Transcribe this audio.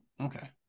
Okay